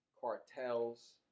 cartels